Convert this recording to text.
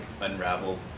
unravel